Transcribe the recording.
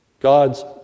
God's